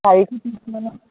চাৰিশ বিশ মানত